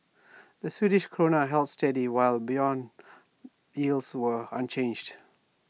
the Swedish Krona held steady while Bond yields were unchanged